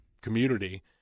community